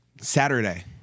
Saturday